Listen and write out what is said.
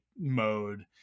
mode